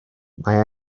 mae